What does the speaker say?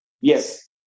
Yes